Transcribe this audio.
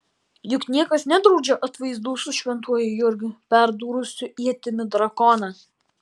juk niekas nedraudžia atvaizdų su šventuoju jurgiu perdūrusiu ietimi drakoną